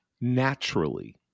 naturally